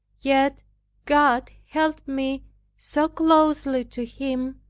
yet god held me so closely to him,